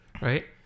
right